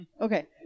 Okay